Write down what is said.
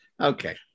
Okay